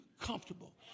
comfortable